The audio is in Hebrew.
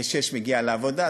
ב-06:00 מגיעה לעבודה,